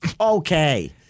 Okay